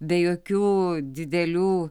be jokių didelių